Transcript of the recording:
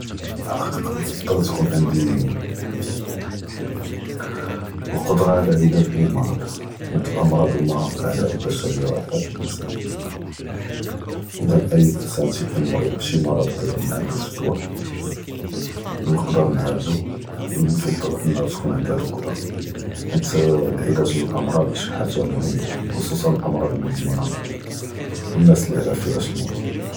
פַּאלְחַקִיקָה כַּנְפְדֶּל תְּכוּן עִנְדִי אֶלְקֻדְרָה עַלַא עִלָאג אִי מָרַד, חִית אֶלְאַמְרָאד הוּמָא אַעְדָאא אֶלְבַּשָרִיַּה וְאַעְדָאא אֶלְאִנְסָאן, אִלָא אַי אִנְסָאן תִיכּוּן מְרִיד בְּשִי מָרַד מַעְנְדוּש דְּוַא, נְקְדֶר נְעָאלְגוּ, וּנְפְדֶּל אַנַה תְּכוּן עִנְדִי הָאד אֶלְקֻדְרָה, חִית אֶלְעִלָאג מִן אֶלְאַמְרָאד שִי חָאגָ'ה מֻהִמָּה חֻצוּסָן אֶלְאַמְרָאד אֶלְמֻזְמִנָה.